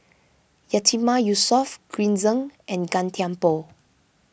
Yatiman Yusof Green Zeng and Gan Thiam Poh